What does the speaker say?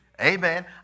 amen